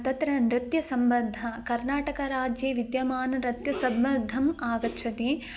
तत्र नृत्यसम्बद्धं कर्नाटकराज्ये विद्यमानं नृत्यं सम्बद्धम् आगच्छति